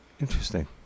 Interesting